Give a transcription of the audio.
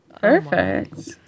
Perfect